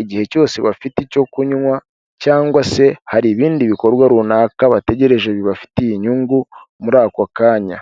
igihe cyose bafite icyo kunywa, cyangwa se hari ibindi bikorwa runaka bategereje bibafitiye inyungu, muri ako kanya.